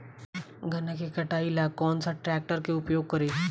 गन्ना के कटाई ला कौन सा ट्रैकटर के उपयोग करी?